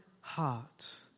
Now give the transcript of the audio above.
heart